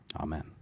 amen